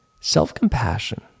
Self-compassion